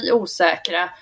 osäkra